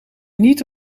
niet